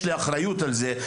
יש לי אחריות על זה.